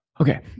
Okay